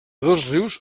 dosrius